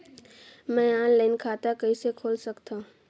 मैं ऑनलाइन खाता कइसे खोल सकथव?